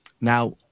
now